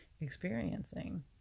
experiencing